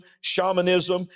Shamanism